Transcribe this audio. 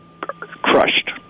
crushed